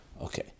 Okay